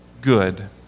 good